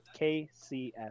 KCS